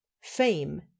Fame